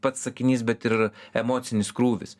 pats sakinys bet ir emocinis krūvis